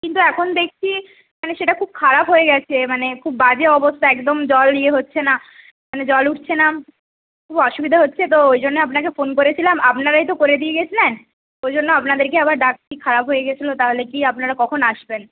কিন্তু এখন দেখছি মানে সেটা খুব খারাপ হয়ে গেছে মানে খুব বাজে অবস্থা একদম জল ইয়ে হচ্ছে না মানে জল উঠছে না খুব অসুবিধা হচ্ছে তো ওই জন্যই আপনাকে ফোন করেছিলাম আপনারাই তো করে দিয়ে গেছিলেন ওই জন্য আপনাদের কে আবার ডাকছি খারাপ হয়ে গেছিল তাহলে কি আপনারা কখন আসবেন